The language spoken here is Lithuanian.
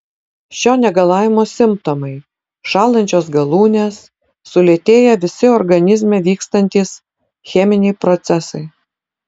šio negalavimo simptomai šąlančios galūnės sulėtėję visi organizme vykstantys cheminiai procesai